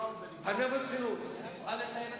זה לא יהיה דואט מתמיד בין הנואם לבינך,